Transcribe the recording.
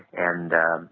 and, um